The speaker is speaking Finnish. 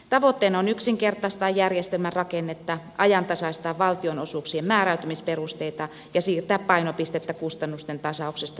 tavoitteena on yksinkertaistaa järjestelmän rakennetta ajantasaistaa valtionosuuksien määräytymisperusteita ja siirtää painopistettä kustannusten tasauksesta tulojen tasaukseen